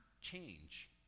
change